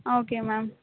okay ma'am